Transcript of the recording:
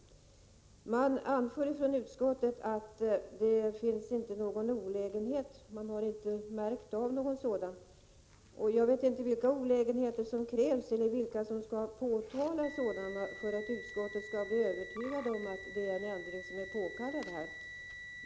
Utskottet anför att man inte märkt att det uppstått olägenheter inom det här området. Jag vet inte vad som krävs när det gäller typ av olägenheter eller vem som skall påtala sådana för att man i utskottet skall bli övertygad om att en ändring är påkallad.